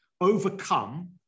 overcome